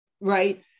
Right